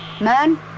man